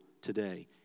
today